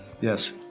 yes